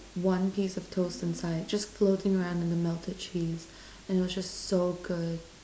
one piece of toast inside just floating around in the melted cheese and it was just so good